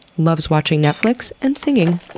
loves watching netflix and singing.